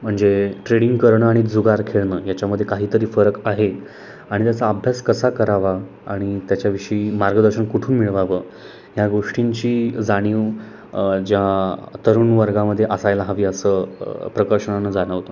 म्हणजे ट्रेडिंग करणं आणि जुगार खेळणं याच्यामध्ये काहीतरी फरक आहे आणि त्याचा अभ्यास कसा करावा आणि त्याच्याविषयी मार्गदर्शन कुठून मिळवावं ह्या गोष्टींची जाणीव ज्या तरुण वर्गामध्ये असायला हवी असं प्रकर्षानं जाणवतं